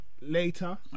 Later